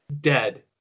dead